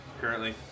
currently